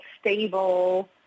stable